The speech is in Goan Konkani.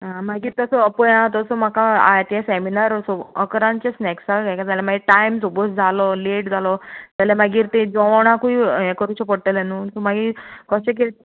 आं मागीर तसो हो पया तसो म्हाका आयजच्या सेमिनाराचो अकरांचे सेन्कसां नाल्यार मागीर हें जालें टायम सपोज जालो लेट जालो जाल्यार मागीर तें जेवणाकूय हें करूचें पडटलें न्हू तूं मागीर अशें किरें